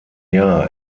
jahr